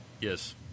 Yes